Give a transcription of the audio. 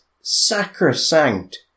sacrosanct